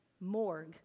morgue